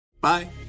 Bye